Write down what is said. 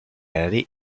allait